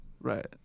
Right